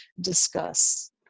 discuss